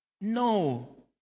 No